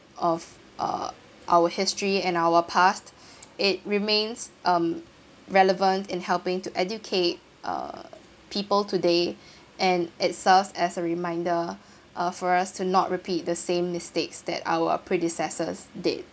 of uh our history and our past it remains um relevant in helping to educate uh people today and it serves as a reminder uh for us to not repeat the same mistakes that our predecessors did